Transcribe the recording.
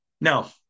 Now